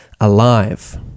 alive